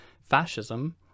fascism